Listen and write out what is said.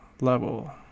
level